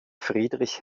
friedrich